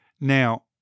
Now